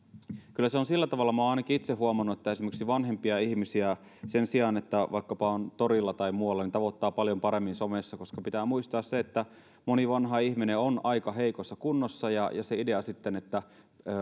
kyllä se on sillä tavalla minä olen ainakin itse huomannut että esimerkiksi vanhempia ihmisiä sen sijaan että vaikkapa on torilla tai muualla tavoittaa paljon paremmin somessa koska pitää muistaa se että moni vanha ihminen on aika heikossa kunnossa ja sitten se idea että